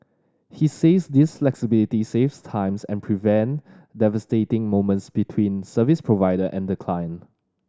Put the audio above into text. he says this flexibility saves times and prevent devastating moments between service provider and the client